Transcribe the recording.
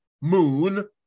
moon